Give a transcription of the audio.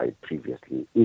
previously